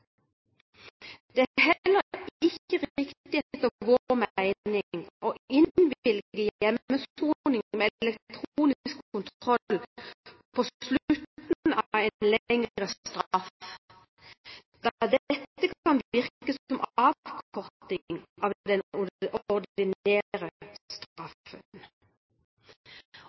Det er heller ikke riktig, etter vår mening, å innvilge hjemmesoning med elektronisk kontroll på slutten av en lengre straff, da dette kan virke som avkorting av den